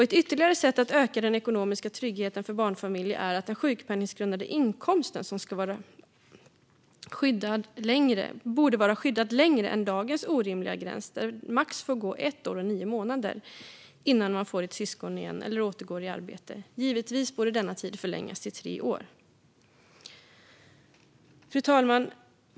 Ett ytterligare sätt att öka den ekonomiska tryggheten för barnfamiljer är att den sjukpenninggrundande inkomsten borde vara skyddad längre än dagens orimliga gräns där det max får gå ett år och nio månader innan barnet får ett syskon eller föräldern återgår i arbete. Givetvis borde denna tid förlängas till tre år. Fru talman!